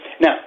Now